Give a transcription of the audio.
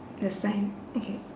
the sign okay